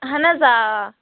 اَہَن حظ آ آ